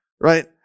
right